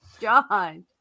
John